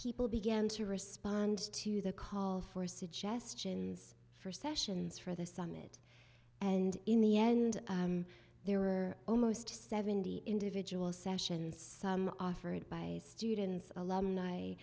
people began to respond to the call for suggestions for sessions for the summit and in the end there were almost seventy individual sessions some offered by students alumni